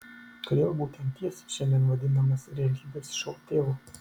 kodėl būtent jis šiandien vadinamas realybės šou tėvu